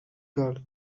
girl